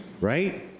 right